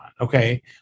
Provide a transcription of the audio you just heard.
Okay